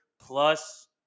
plus